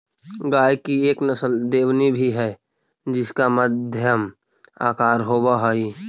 गाय की एक नस्ल देवनी भी है जिसका मध्यम आकार होवअ हई